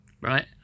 right